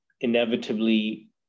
inevitably